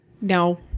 no